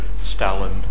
Stalin